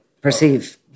perceive